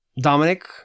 Dominic